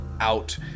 out